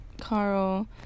Carl